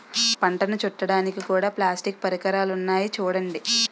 పంటను చుట్టడానికి కూడా ప్లాస్టిక్ పరికరాలున్నాయి చూడండి